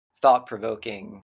thought-provoking